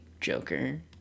Joker